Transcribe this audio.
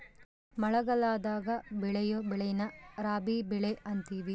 ಮಳಗಲದಾಗ ಬೆಳಿಯೊ ಬೆಳೆನ ರಾಬಿ ಬೆಳೆ ಅಂತಿವಿ